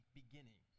beginning